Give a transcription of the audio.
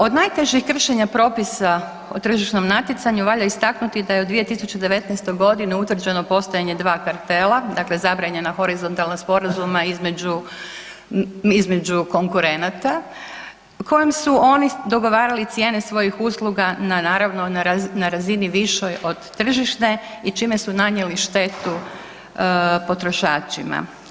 Od najtežih kršenja propisa o tržišnom natjecanju valja istaknuti da je u 2019. utvrđeno postojanje 2 kartela, dakle zabranjena horizontalna sporazuma između konkurenata kojim su oni dogovarali cijene svojih usluga na naravno razini višoj od tržišne i čime su nanijeli štetu potrošačima.